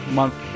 month